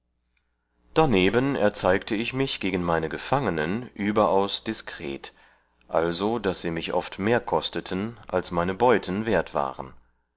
darneben erzeigte ich mich gegen meine gefangenen überaus diskret also daß sie mich oft mehr kosteten als meine beuten wert waren